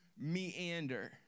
meander